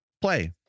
play